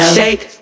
Shake